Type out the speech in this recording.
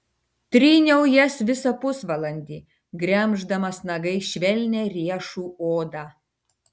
tryniau jas visą pusvalandį gremždamas nagais švelnią riešų odą